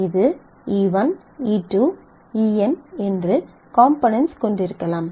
இது e 1 e 2 e n என்று components கொண்டிருக்கலாம்